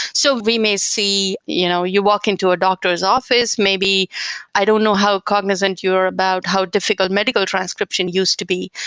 so we may see you know you walk into a doctor s office, maybe i don't know how cognizant you're about, how difficult medical transcription used to be,